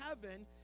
heaven